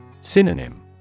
Synonym